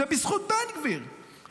זה בזכות בן גביר,